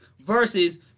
versus